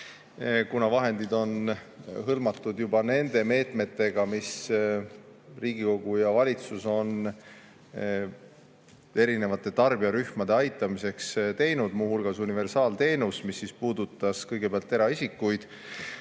kuna vahendid on hõlmatud juba nende meetmetega, mis Riigikogu ja valitsus on erinevate tarbijarühmade aitamiseks teinud, muu hulgas universaalteenus, mis puudutas kõigepealt eraisikuid,